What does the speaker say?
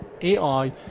AI